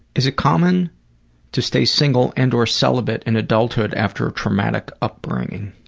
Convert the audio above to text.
is it common to stay single and or celibate in adulthood after a traumatic upbringing?